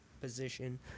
position